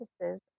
services